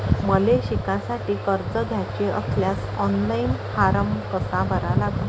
मले शिकासाठी कर्ज घ्याचे असल्यास ऑनलाईन फारम कसा भरा लागन?